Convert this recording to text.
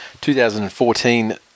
2014